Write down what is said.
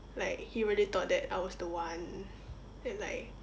like he really thought that I was the one and like